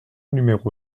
numéro